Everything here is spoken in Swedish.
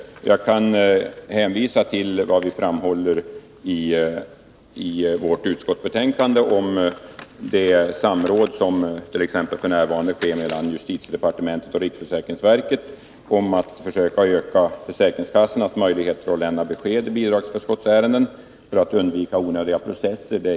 Jag kan hänvisa till vad vi framhåller i vårt utskottsbetänkande om det samråd som f. n. sker mellan justitiedepartementet och riksförsäkringsverket när det gäller att försöka öka försäkringskassornas möjligheter att lämna besked i bidragsförskottsärenden för att undvika onödiga processer.